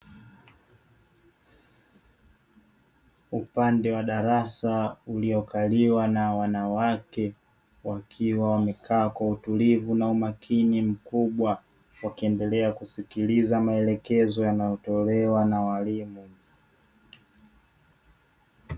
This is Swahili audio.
Upande wa darasa uliokaliwa na wanawake, wakiwa wamekaa kwa utulivu na umakini mkubwa wakiendelea kusikiliza maelekezo yanayotolewa na walimu.